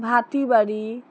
ভাতিবাড়ি